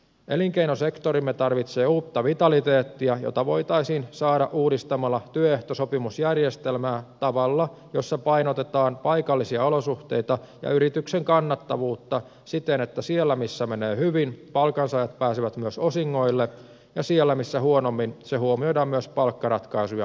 elinkeinosektorimme tarvitsee uutta vitaliteettia jota voitaisiin saada uudistamalla työehtosopimusjärjestelmää tavalla jossa painotetaan paikallisia olosuhteita ja yrityksen kannattavuutta siten että siellä missä menee hyvin palkansaajat pääsevät myös osingoille ja siellä missä huonommin se huomioidaan myös palkkaratkaisuja tehtäessä